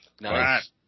Nice